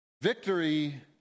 victory